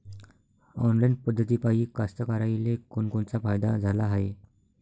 Online पद्धतीपायी कास्तकाराइले कोनकोनचा फायदा झाला हाये?